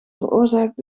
veroorzaakt